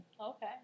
Okay